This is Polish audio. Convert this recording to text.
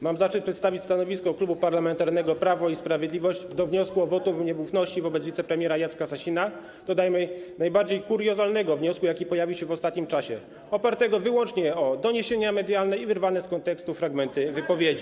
Mam zaszczyt przedstawić stanowisko Klubu Parlamentarnego Prawo i Sprawiedliwość wobec wniosku o wotum nieufności wobec wicepremiera Jacka Sasina, dodajmy: najbardziej kuriozalnego wniosku, jaki pojawił się w ostatnim czasie, opartego wyłącznie na doniesieniach medialnych i wyrwanych z kontekstu fragmentach wypowiedzi.